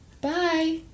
bye